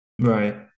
Right